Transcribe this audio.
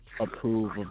approve